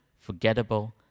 forgettable